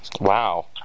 Wow